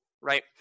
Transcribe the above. right